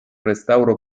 restauro